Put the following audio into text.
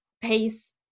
pace